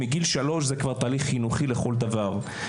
ומגיל שלוש זה כבר תהליך חינוכי לכל דבר.